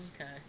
Okay